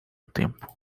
tempo